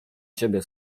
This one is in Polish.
ciebie